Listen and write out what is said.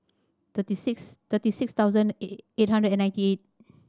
thirty six thirty six thousand eight eight hundred and ninety eight